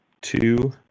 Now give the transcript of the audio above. two